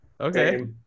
Okay